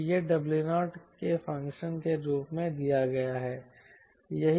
क्योंकि यह W0 के फ़ंक्शन के रूप में दिया गया है